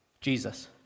Jesus